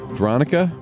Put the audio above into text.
Veronica